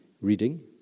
reading